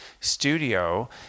studio